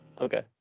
Okay